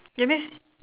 you miss